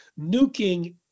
nuking